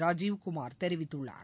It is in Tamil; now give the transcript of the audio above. ராஜீவ் குமார் தெரிவித்துள்ளார்